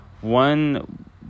One